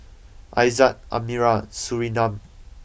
Aizat Amirah Surinam